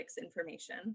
information